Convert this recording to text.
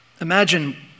Imagine